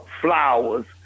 flowers